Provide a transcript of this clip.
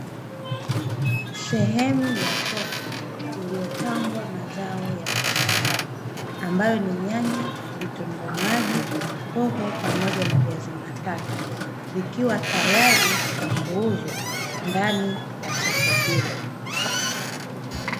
Sehemu ya soko iliyopangwa mazao ya mashambani ambayo ni nyanya, vitunguu maji, hoho pamoja na viazi mbatata vikiwa tayari kwa kuuzwa ndani ya soko hilo.